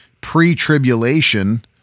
pre-tribulation